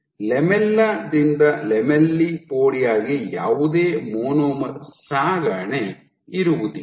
lamella ದಿಂದ lamellipodia ಗೆ ಯಾವುದೇ ಮಾನೋಮರ್ ಸಾಗಣೆ ಇರುವುದಿಲ್ಲ